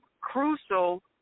crucial